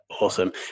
Awesome